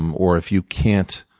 um or if you can't